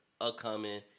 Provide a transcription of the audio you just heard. upcoming